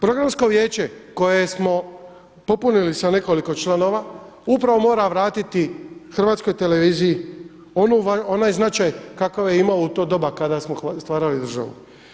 Programsko vijeće koje smo popunili sa nekoliko članova upravo mora vratiti Hrvatskoj televiziji onaj značaj kakav je imao u to doba kada smo stvarali državu.